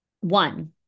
One